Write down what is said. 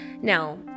Now